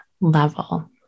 level